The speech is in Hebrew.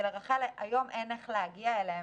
היום אין לרח"ל איך להגיע אליהם,